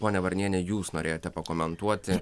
ponia varnienė jūs norėjote pakomentuoti